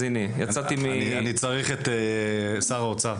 אני צריך את שר האוצר.